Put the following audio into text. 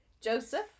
Joseph